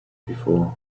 before